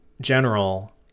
general